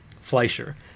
Fleischer